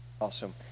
Awesome